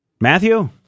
Matthew